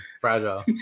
fragile